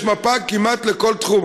יש מפה כמעט לכל תחום,